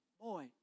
boy